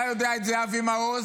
אתה יודע את זה, אבי מעוז,